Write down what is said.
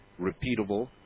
repeatable